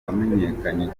wamenyekanye